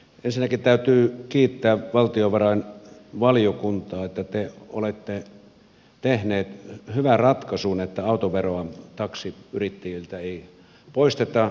ensinnäkin täytyy kiittää valtiovarainvaliokuntaa että te olette tehneet hyvän ratkaisun että autoveroa taksiyrittäjiltä ei poisteta